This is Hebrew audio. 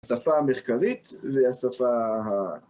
השפה המחקרית והשפה ה...